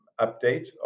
update